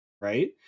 right